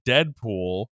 Deadpool